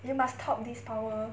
you must top this power